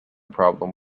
problem